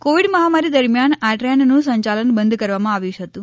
Covid મહામારી દરમ્યાન આ ટ્રેનનું સંચાલન બંધ કરવામાં આવ્યું હતું